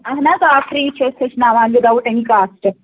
اَہَن حظ آ فرٛی چھِ أسۍ ہیٚچھناوان وِد آوُٹ اَنی کاسٹہٕ